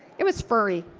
it was furry.